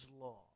law